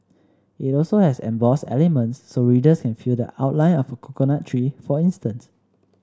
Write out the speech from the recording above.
it also has embossed elements so readers can feel the outline of a coconut tree for instance